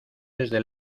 desde